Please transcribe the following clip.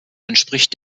entspricht